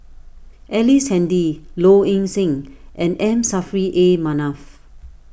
Ellice Handy Low Ing Sing and M Saffri A Manaf